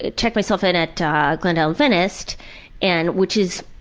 ah checked myself in at glendale adventist and which is.